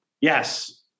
Yes